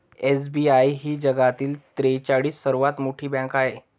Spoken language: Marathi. एस.बी.आय ही जगातील त्रेचाळीस सर्वात मोठी बँक आहे